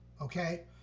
okay